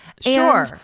Sure